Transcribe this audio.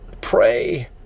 pray